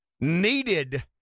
needed